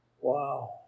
Wow